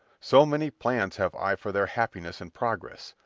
so many plans have i for their happiness and progress.